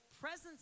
presence